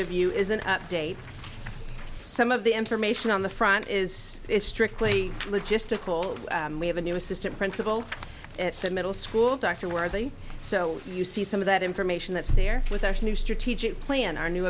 of you is an update some of the information on the front is strictly logistical we have a new assistant principal at the middle school dr worthy so you see some of that information that's there with our new strategic plan our new